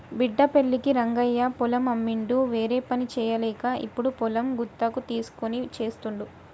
బిడ్డ పెళ్ళికి రంగయ్య పొలం అమ్మిండు వేరేపని చేయలేక ఇప్పుడు పొలం గుత్తకు తీస్కొని చేస్తుండు